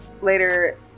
later